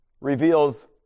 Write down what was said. reveals